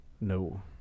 No